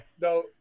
no